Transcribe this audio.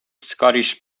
scottish